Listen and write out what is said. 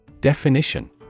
Definition